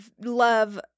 love